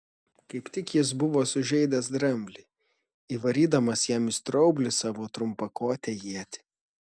kaip tik jis buvo sužeidęs dramblį įvarydamas jam į straublį savo trumpakotę ietį